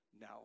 now